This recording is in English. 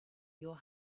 your